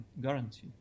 guarantee